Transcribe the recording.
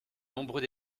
nombreux